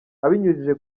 abinyujije